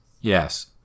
Yes